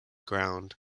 ground